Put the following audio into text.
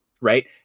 right